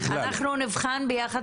אנחנו נבחן ביחד